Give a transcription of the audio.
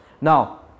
Now